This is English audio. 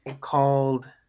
called